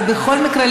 ובכל מקרה,